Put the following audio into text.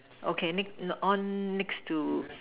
okay next on next to